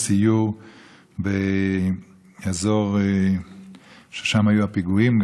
בסיור באזור שבו היו הפיגועים,